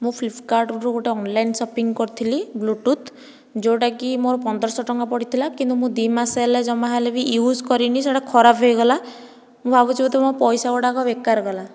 ମୁଁ ଫ୍ଲିପକାର୍ଟରୁ ଗୋଟିଏ ଅନ୍ଲାଇନ୍ ସପିଂ କରିଥିଲି ବ୍ଳୁଟୁଥ ଯେଉଁଟାକି ମୋର ପନ୍ଦର ଶହ ଟଙ୍କା ପଡ଼ିଥିଲା କିନ୍ତୁ ମୁଁ ଦୁଇ ମାସ ହେଲା ଜମା ହେଲେ ବି ୟୁଜ କରିନି ସେହିଟା ଖରାପ ହୋଇଗଲା ମୁଁ ଭାବୁଛି ବୋଧେ ମୋ ପଇସା ଗୁଡ଼ାକ ବେକାର ଗଲା